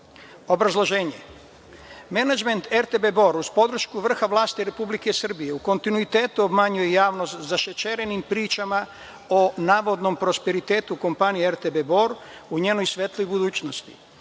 roku. Obrazloženje – menadžment RTB Bor, uz podršku vrha vlasti Republike Srbije, u kontinuitetu obmanjuje javnost zašećerenim pričama o navodnom prosperitetu kompanije RTB Bor u njenoj svetloj budućnosti. Istina